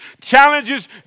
challenges